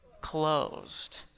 closed